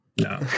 No